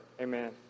amen